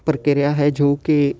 ਪ੍ਰਕਿਰਿਆ ਹੈ ਜੋ ਕਿ